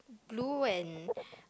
blue and